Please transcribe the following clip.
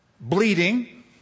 bleeding